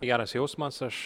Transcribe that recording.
geras jausmas aš